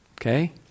okay